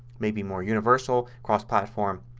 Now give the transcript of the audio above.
maybe more universal, across platform.